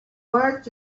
world